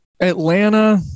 Atlanta